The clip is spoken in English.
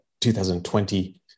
2020